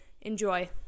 Enjoy